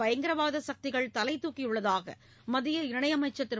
பயங்கரவாத சக்திகள் தலைதூக்கியுள்ளதாக மத்திய இணையமைச்சர் திரு